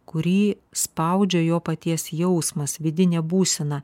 kurį spaudžia jo paties jausmas vidinė būsena